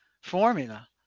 formula